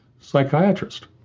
psychiatrist